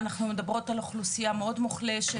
אנחנו מדברים על אוכלוסייה מאוד מוחלשת,